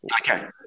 okay